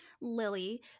lily